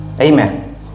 Amen